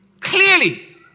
Clearly